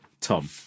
tom